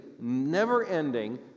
never-ending